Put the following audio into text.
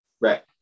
right